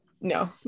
no